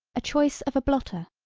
a choice of a blotter.